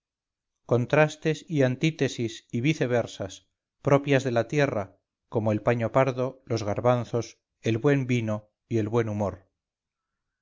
contrastes y antítesis y viceversas propias de la tierra como el paño pardo los garbanzos el buen vino y el buen humor